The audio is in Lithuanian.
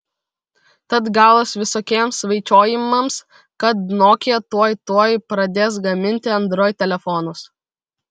tad galas visokiems svaičiojimams kad nokia tuoj tuoj pradės gaminti android telefonus